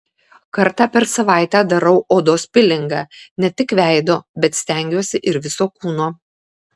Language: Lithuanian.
kartą per savaitę darau odos pilingą ne tik veido bet stengiuosi ir viso kūno